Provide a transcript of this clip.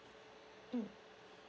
mm